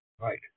Right